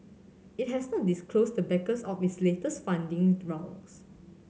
it has not disclosed the backers of its latest funding round